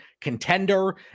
contender